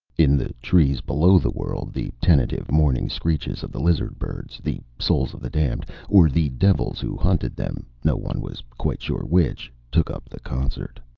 in the trees below the world, the tentative morning screeches of the lizard-birds the souls of the damned, or the devils who hunted them, no one was quite sure which took up the concert.